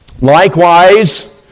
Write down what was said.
likewise